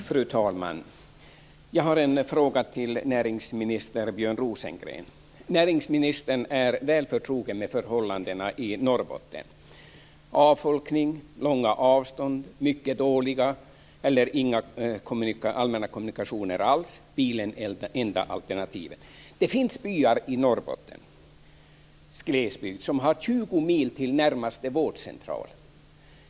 Fru talman! Jag har en fråga till näringsminister Näringsministern är väl förtrogen med förhållandena i Norrbotten: avfolkning, långa avstånd, mycket dåliga eller inga allmänna kommunikationer alls. Bilen är det enda alternativet. Det finns byar i Norrbottens glesbygd där man har 20 mil till närmaste vårdcentral.